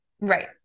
Right